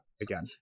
again